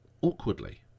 awkwardly